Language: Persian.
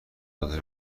داده